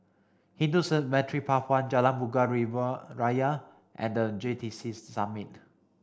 Hindu Cemetery Path one Jalan Bunga Raya and the J T C Summit